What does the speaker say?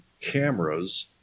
cameras